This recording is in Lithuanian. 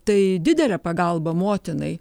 tai didelė pagalba motinai